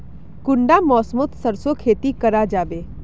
कुंडा मौसम मोत सरसों खेती करा जाबे?